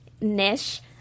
niche